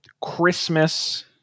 christmas